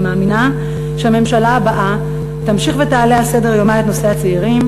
אני מאמינה שהממשלה הבאה תמשיך ותעלה על סדר-יומה את נושא הצעירים